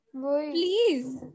Please